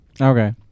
Okay